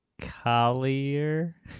collier